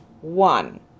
one